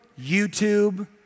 YouTube